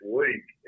week